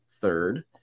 third